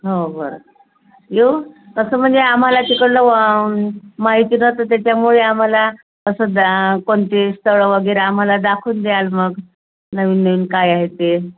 हो बरं येऊ तसं म्हणजे आम्हाला तिकडलं व माहिती राहातं त्याच्यामुळे आम्हाला असं जा कोणते स्थळं वगैरे आम्हाला दाखवून द्याल मग नवीन नवीन काय आहे ते